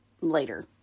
later